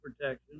protection